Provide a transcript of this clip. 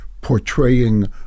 portraying